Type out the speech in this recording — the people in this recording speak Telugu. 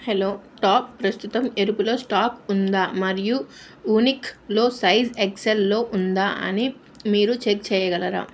హలో టాప్ ప్రస్తుతం ఎరుపులో స్టాక్ ఉందా మరియు వూనిక్లో సైజ్ ఎక్స్ ఎల్లో ఉందా అని మీరు చెక్ చేయగలరా